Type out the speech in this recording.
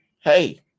hey